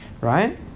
Right